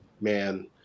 man